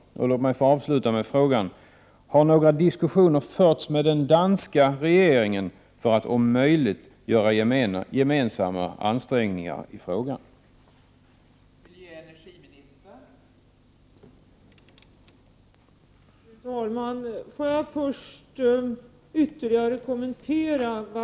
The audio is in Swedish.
Låt mig få avsluta med att fråga: Har några diskussioner förts med den danska regeringen för att om möjligt göra gemensamma Prot. 1988/89:118 ansträngningar i frågan? 22 maj 1989